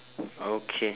okay